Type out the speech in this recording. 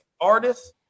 artists